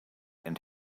and